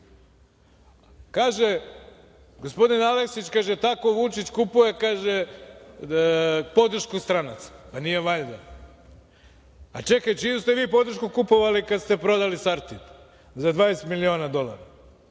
Kaže, gospodin Aleksić, kaže tako Vučić kupuje podršku stranaca. Pa, nije valjda! A čekaj, čiju ste vi podršku kupovali kada ste prodali „SARTID“ za 20 miliona dolara.